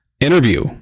interview